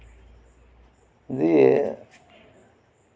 ᱫᱤᱭᱮ